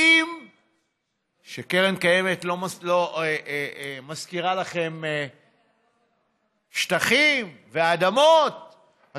קרן קיימת לא משכירה לכם שטחים ואדמות,